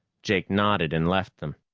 jake nodded and left them.